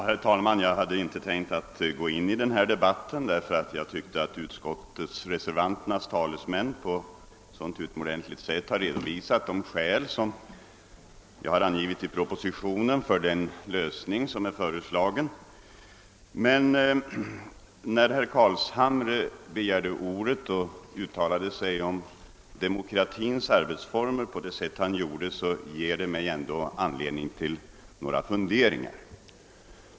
Herr talman! Jag tänkte inte delta i denna debatt, eftersom jag tyckte att reservanternas talesmän på ett utomordentligt sätt redovisade de skäl som jag har angivit i propositionen för den lösning som föreslås. Men herr Carlshamres uttalanden om demokratins arbetsformer ger mig anledning till några funderingar.